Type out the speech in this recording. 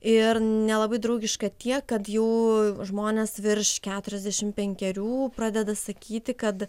ir nelabai draugiška tiek kad jų žmonės virš keturiasdešimt penkerių pradeda sakyti kad